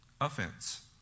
offense